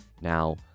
Now